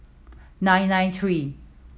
nine nine three